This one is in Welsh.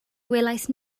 gwelais